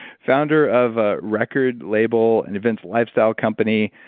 founder of a record label, an events lifestyle company